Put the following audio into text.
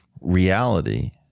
reality